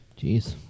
Jeez